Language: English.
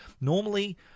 normally